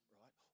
right